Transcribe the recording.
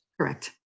Correct